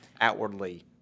outwardly